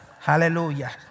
Hallelujah